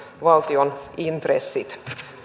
valtion intressit